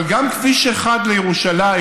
אבל גם כביש 1 לירושלים,